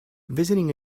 visiting